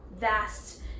vast